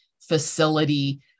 facility